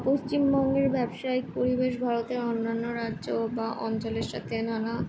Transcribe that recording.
পশ্চিমবঙ্গের ব্যবসায়িক পরিবেশ ভারতের অন্যান্য রাজ্য বা অঞ্চলের সাথে নানা